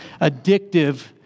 addictive